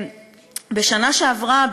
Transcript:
בשנה שעברה,